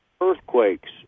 earthquakes